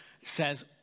says